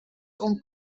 und